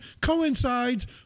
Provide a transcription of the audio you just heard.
coincides